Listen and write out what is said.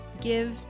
give